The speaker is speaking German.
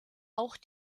auch